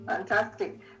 Fantastic